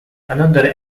another